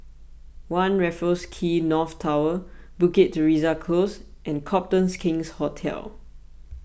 one Raffles Quay North Tower Bukit Teresa Close and Copthorne King's Hotel